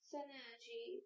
Synergy